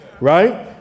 right